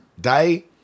day